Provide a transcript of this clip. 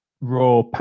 raw